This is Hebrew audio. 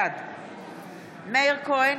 בעד מאיר כהן,